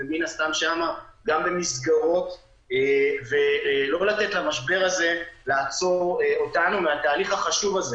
וגם במסגרות ולא לתת למשבר הזה לעצור אותנו מהתהליך החשוב הזה,